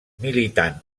militant